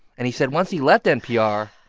and he said once he left npr,